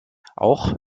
auch